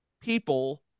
people